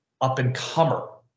up-and-comer